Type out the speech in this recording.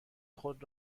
خود